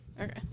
Okay